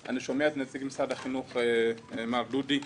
אני שומע את נציג משרד החינוך, מר דודי,